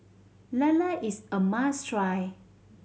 lala is a must try